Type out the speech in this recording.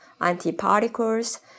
antiparticles